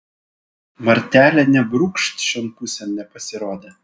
martelė nė brūkšt šion pusėn nepasirodė